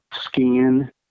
skin